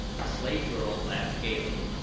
the slave girl laughed gaily.